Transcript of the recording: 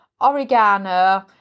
oregano